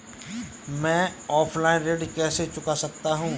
मैं ऑफलाइन ऋण कैसे चुका सकता हूँ?